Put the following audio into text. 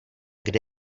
kde